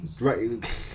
Right